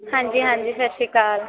ਹਾਂਜੀ ਹਾਂਜੀ ਸਤਿ ਸ਼੍ਰੀ ਅਕਾਲ